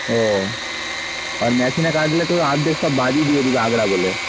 ও আর মেশিনে কাটলে তো অর্ধেক সব বাদই দিয়ে দেবে আগড়া বলে